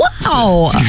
Wow